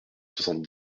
soixante